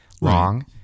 long